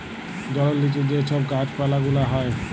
জলের লিচে যে ছব গাহাচ পালা গুলা হ্যয়